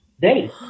day